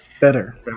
Better